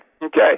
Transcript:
Okay